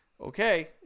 okay